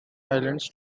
islands